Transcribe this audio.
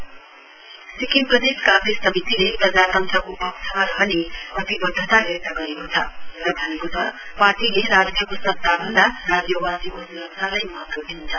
कांग्रेस सिक्किम प्रदेश कांग्रेस समितिले प्रजातन्त्रको पक्षमा रहने कटिबद्धता व्यक्त गरेको छ र भनेको छ पार्टीले राज्यको सता भन्दा राज्यवासीको स्रक्षालाई महत्व दिन्छ